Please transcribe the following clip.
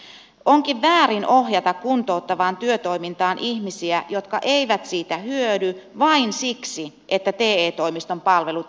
onkin väärin ohjata kuntouttavaan työtoimintaan ihmisiä jotka eivät siitä hyödy vain siksi että te toimiston palvelut eivät toimi